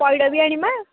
ପଇଡ଼ ବି ଆଣିବା